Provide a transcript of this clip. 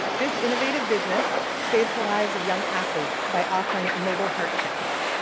this innovative business saves the lives of young athletes by offering mobile heart checks.